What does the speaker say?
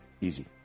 Easy